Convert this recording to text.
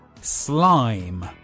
Slime